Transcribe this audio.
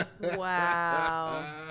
Wow